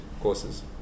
courses